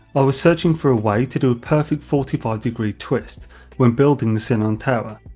i was searching for a way to do a perfect forty five degree twist when building the sihnon tower,